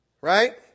right